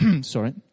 Sorry